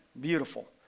beautiful